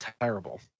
terrible